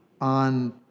on